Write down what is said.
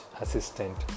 assistant